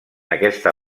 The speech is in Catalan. aquesta